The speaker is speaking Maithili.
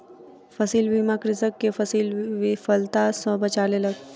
फसील बीमा कृषक के फसील विफलता सॅ बचा लेलक